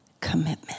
commitment